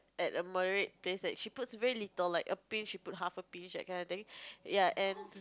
at a moderate taste like she puts very little like a pinch she put half a pinch that kind of thing ya and